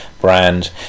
brand